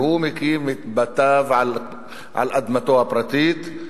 והוא מקים את בתיו על אדמתו הפרטית,